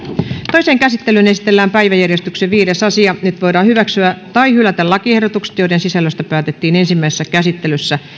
toiseen käsittelyyn esitellään päiväjärjestyksen viides asia nyt voidaan hyväksyä tai hylätä lakiehdotukset joiden sisällöistä päätettiin ensimmäisessä käsittelyssä